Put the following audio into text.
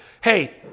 Hey